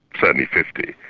certainly fifty.